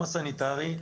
גם הסניטרי,